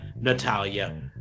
Natalia